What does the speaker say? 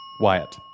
Wyatt